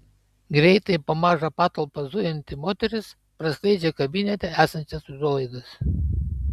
greitai po mažą patalpą zujanti moteris praskleidžia kabinete esančias užuolaidas